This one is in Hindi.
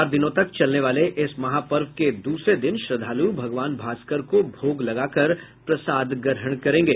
चार दिनों तक चलने वाले इस महापर्व के दूसरे दिन श्रद्धालु भगवान भास्कर को भोग लगाकर प्रसाद ग्रहण करेंगे